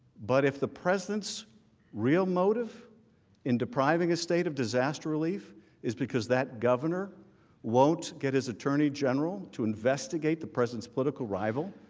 but if the president's real motive in depriving the state of disaster relief is because that governor won't get his attorney general to investigate the president's political rival,